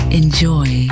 enjoy